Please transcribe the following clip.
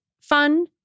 fun